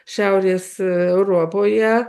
šiaurės europoje